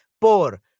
por